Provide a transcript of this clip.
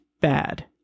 bad